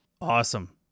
awesome